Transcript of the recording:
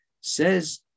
Says